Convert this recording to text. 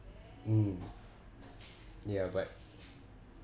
mm ya but